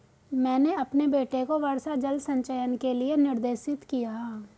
मैंने अपने बेटे को वर्षा जल संचयन के लिए निर्देशित किया